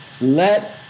Let